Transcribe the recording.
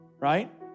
Right